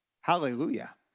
Hallelujah